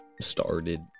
started